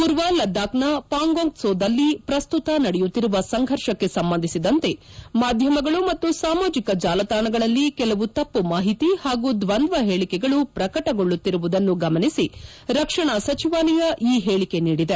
ಪೂರ್ವ ಲಡಾಕ್ನ ಪಾಂಗೋಂಗ್ ತ್ಲೋದಲ್ಲಿ ಪ್ರಸ್ತುತ ನಡೆಯುತ್ತಿರುವ ಸಂಘರ್ಷಕ್ಕೆ ಸಂಬಂಧಿಸಿದಂತೆ ಮಾಧ್ಯಮಗಳು ಮತ್ತು ಸಾಮಾಜಿಕ ಜಾಲತಾಣಗಳಲ್ಲಿ ಕೆಲವು ತಪ್ಪು ಮಾಹಿತಿ ಹಾಗೂ ದ್ವಂದ್ವ ಹೇಳಿಕೆಗಳು ಪ್ರಕಟಗೊಳ್ಳುತ್ತಿರುವುದನ್ನು ಗಮನಿಸಿ ರಕ್ಷಣಾ ಸಚಿವಾಲಯ ಈ ಹೇಳಿಕೆ ನೀಡಿದೆ